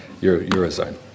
Eurozone